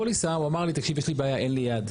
בפוליסה הוא אמר לי תקשיב, יש לי בעיה, אין לי יד.